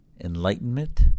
enlightenment